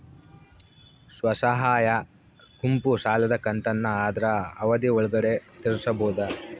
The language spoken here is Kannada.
ಸ್ವಸಹಾಯ ಗುಂಪು ಸಾಲದ ಕಂತನ್ನ ಆದ್ರ ಅವಧಿ ಒಳ್ಗಡೆ ತೇರಿಸಬೋದ?